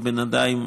ובינתיים,